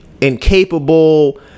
incapable